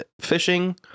fishing